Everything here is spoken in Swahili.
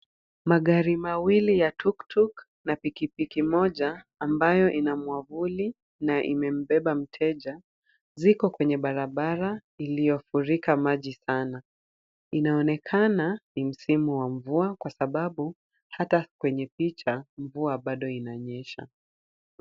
Magari mawili ya tuktuk na pikipiki moja ambayo ina mwavuli na imembeba mteja, ziko kwenye barabara iliyofurika maji sana. Inaonekana ni msimu wa mvua kwa sababu hata kwenye picha, mvua bado inanyesha.